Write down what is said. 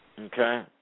okay